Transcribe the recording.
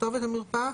כתובת המרפאה,